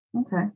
Okay